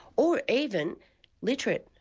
or even literate,